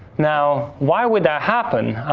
now, why would that happen?